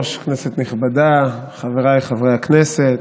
כנסת נכבדה, חבריי חברי הכנסת,